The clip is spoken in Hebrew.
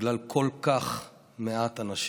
בגלל כל כך מעט אנשים.